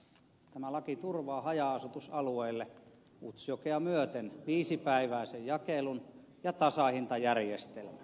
tämä laki turvaa haja asutusalueille utsjokea myöten viisipäiväisen jakelun ja tasahintajärjestelmän